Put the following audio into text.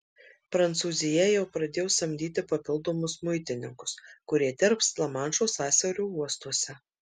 prancūzija jau pradėjo samdyti papildomus muitininkus kurie dirbs lamanšo sąsiaurio uostuose